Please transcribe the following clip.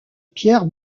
pierre